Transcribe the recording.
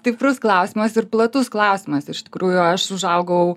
stiprus klausimas ir platus klausimas iš tikrųjų aš užaugau